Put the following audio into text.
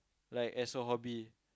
like as a hobby